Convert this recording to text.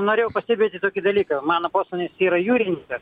norėjau pastebėti tokį dalyką mano posūnis yra jūrininkas